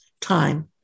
time